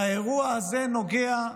והאירוע הזה נוגע,